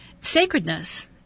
sacredness